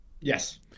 Yes